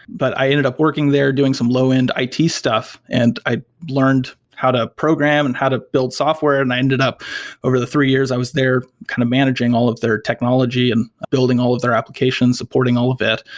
but i ended up working there doing some low-end it stuff and i learned how to program and how to build software and i ended up over the three years i was there kind of managing all of their technology and building all of their application, supporting all of it.